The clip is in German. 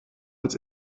als